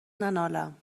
ننالم